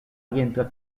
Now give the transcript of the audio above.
rientra